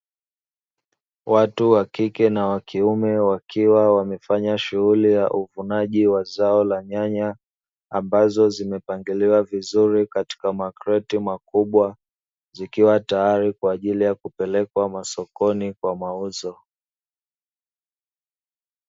Watu (wa kike na wa kiume) wakiwa wamefanya shughuli ya uvunaji wa zao la nyanya ambazo zimepangiliwa vizuri katikati makreti makubwa, zikiwa tayari kwa ajili ya kupelekwa masokoni kwa mauzo.